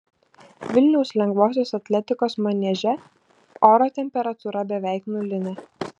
vilniaus lengvosios atletikos manieže oro temperatūra beveik nulinė